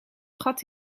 gat